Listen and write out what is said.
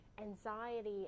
anxiety